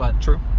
True